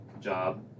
job